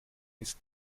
ist